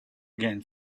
again